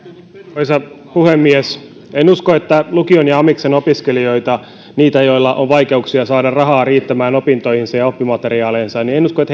arvoisa puhemies en usko että lukion ja amiksen opiskelijoita niitä joilla on vaikeuksia saada raha riittämään opintoihinsa ja oppimateriaaleihinsa